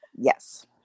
Yes